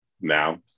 now